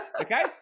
okay